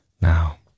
Now